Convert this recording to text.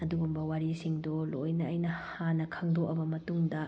ꯑꯗꯨꯒꯨꯝꯕ ꯋꯥꯔꯤꯁꯤꯡꯗꯨ ꯂꯣꯏꯅ ꯑꯩꯅ ꯍꯥꯟꯅ ꯈꯪꯗꯣꯛꯂꯕ ꯃꯇꯨꯡꯗ